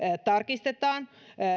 tarkistetaan